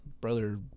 brother